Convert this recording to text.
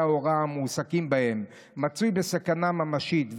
ההוראה המועסקים בהם מצוי בסכנה ממשית,